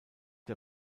der